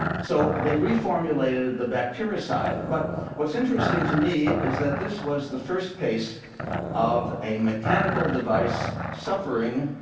so they reformulated the bactericide. but what's interesting to me is that this was the first case of a mechanical device suffering,